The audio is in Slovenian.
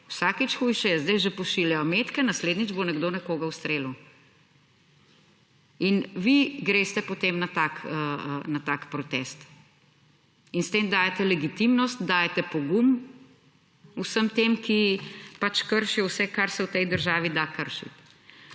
Vsakič hujše je, zdaj že pošiljajo metke, naslednjič bo nekdo nekoga ustrelil. In vi greste potem na tak protest in s tem dajete legitimnost, dajete pogum vsem tem, ki pač kršijo vse, kar se v tej državi da kršit.